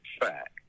fact